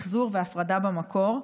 מחזור והפרדה במקור.